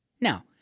Now